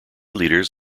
leaders